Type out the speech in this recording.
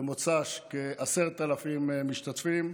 במוצ"ש, כ-10,000 משתתפים,